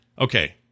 Okay